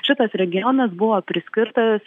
šitas regionas buvo priskirtas